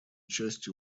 частью